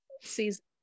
season